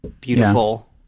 beautiful